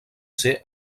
ser